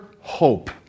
hope